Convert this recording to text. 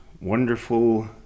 wonderful